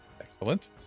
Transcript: Excellent